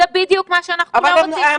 זה בדיוק מה שאנחנו לא רוצים שיקרה.